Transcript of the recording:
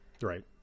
Right